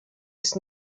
ist